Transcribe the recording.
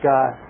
God